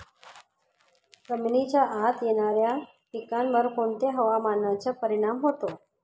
जमिनीच्या आत येणाऱ्या पिकांवर कोणत्या हवामानाचा परिणाम होतो?